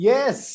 Yes